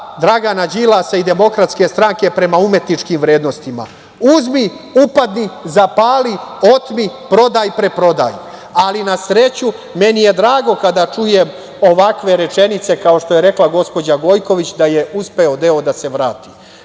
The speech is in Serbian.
Dragana Đilasa i DS prema umetničkim vrednostima. Uzmi, upadni, zapali, otmi, prodaj, preprodaj. Ali na sreću, meni je drago kada čujem ovakve rečenice kao što je rekla gospođa Gojković, da je uspeo deo da se